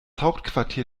hauptquartier